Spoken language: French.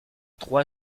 trois